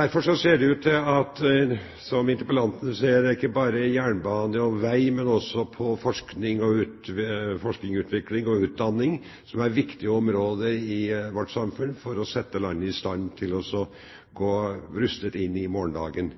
Derfor ser det ut til – som interpellanten sier – at det ikke bare er jernbane og vei, men også forskning, utvikling og utdanning som er viktige områder i vårt samfunn for å gjøre landet